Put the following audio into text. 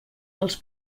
dels